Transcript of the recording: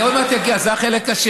אני עוד מעט אגיע, זה החלק השני.